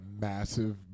massive